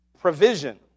Provision